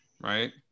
right